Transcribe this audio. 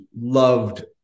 loved